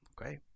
okay